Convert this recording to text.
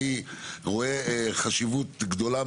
ומה קורה עד שמגיע,